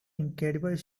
incredible